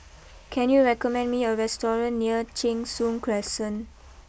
can you recommend me a restaurant near Cheng Soon Crescent